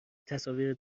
تصاویر